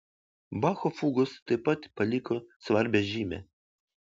bacho fugos taip pat paliko svarbią žymę